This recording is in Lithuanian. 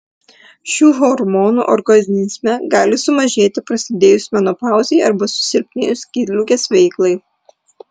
šių hormonų organizme gali sumažėti prasidėjus menopauzei arba susilpnėjus skydliaukės veiklai